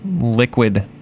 liquid